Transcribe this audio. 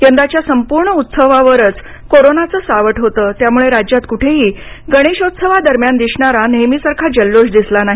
यंदाच्या संपूर्ण उत्सवावरच कोरोनाचं सावट होतं त्यामुळ राज्यात कुठेही गणेशोत्सवादरम्यान दिसणारा नेहमीसारखा जल्लोष दिसला नाही